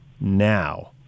now